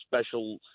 special